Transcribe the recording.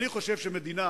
אני חושב שמדינה